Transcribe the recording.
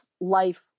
life